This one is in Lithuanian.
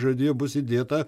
žadėjo bus įdėta